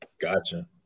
Gotcha